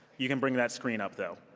you can bring that screen up, though.